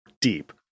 deep